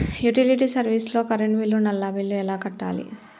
Utility service లో current bill, నల్లా bill ఎలా కట్టాలి?